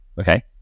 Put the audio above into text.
okay